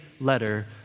letter